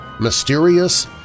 Mysterious